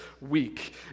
week